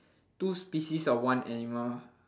two species of one animal